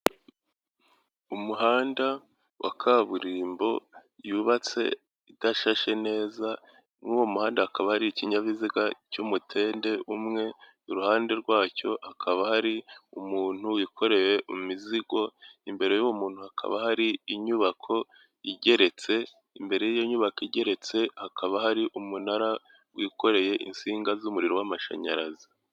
Umuhanda wa kaburimbo yubatse idashashe neza muri uwo muhanda hakaba hari ikinyabiziga cy'umutende umwe iruhande rwacyo hakaba hari umuntu wikoreye imizigo imbere y'uwo muntu hakaba hari inyubako igeretse imbere y'iyo nyubako igeretse, hakaba hari umunara wikoreye insinga z'umuriro w'amashanyarazi.